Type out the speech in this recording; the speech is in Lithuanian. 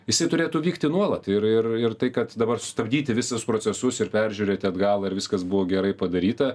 jisai turėtų vykti nuolat ir ir ir tai kad dabar sustabdyti visus procesus ir peržiūrėti atgal ar viskas buvo gerai padaryta